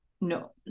No